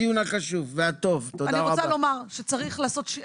יש לנו בדיוק עוד שמונה דקות, אני מבקשת להבהיר.